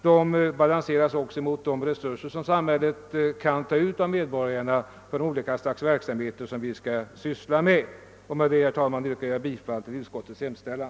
De balanseras också mot de resurser som samhället kan ta ut av medborgarna för olika verksamheter som det skall syssla med. Med dessa ord, herr talman, ber jag att få yrka bifall till utskottets hemställan.